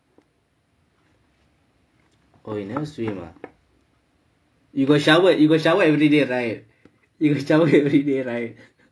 oh you never swim ah you got shower you got shower everyday right